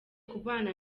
kubana